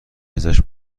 ازش